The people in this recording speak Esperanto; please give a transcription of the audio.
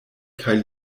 kaj